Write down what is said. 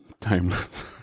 Timeless